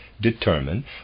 determine